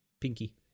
Pinky